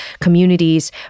communities